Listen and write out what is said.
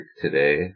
today